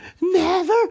Never